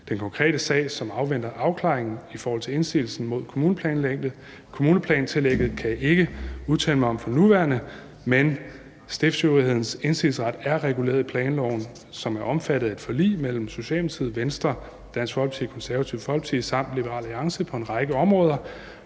Den konkrete sag, som afventer afklaring, i forhold til indsigelsen mod kommuneplantillægget kan jeg ikke udtale mig om for nuværende, men stiftsøvrighedens indsigelsesret er reguleret i planloven, som er omfattet af et forlig mellem Socialdemokratiet, Venstre, Dansk Folkeparti, Det Konservative Folkeparti og Liberal Alliance på en række områder.